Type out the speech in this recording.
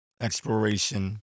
exploration